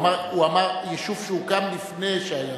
הוא אמר: יישוב שהוקם לפני שהיה,